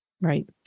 Right